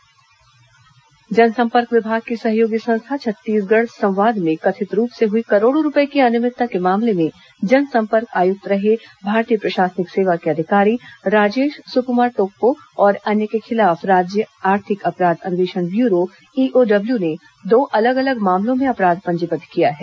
EOW IAS मामला जनसंपर्क विभाग की सहयोगी संस्था छत्तीसगढ़ संवाद में कथित रूप से हुई करोड़ों रूपये की अनियमितता के मामले में जनसंपर्क आयुक्त रहे भारतीय प्रशासनिक सेवा के अधिकारी राजेश सुकुमार टोप्पो और अन्य के खिलाफ राज्य आर्थिक अपराध अन्वेषण ब्यूरो ईओडब्ल्यू ने दो अलग अलग मामलों में अपराध पंजीबद्ध किया है